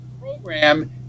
program